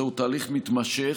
זהו תהליך מתמשך,